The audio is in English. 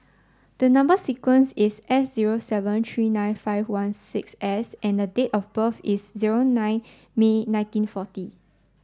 the number sequence is S zero seven three nine five one six S and date of birth is zero nine May nineteen forty